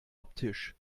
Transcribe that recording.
optisch